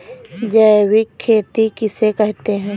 जैविक खेती किसे कहते हैं?